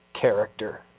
character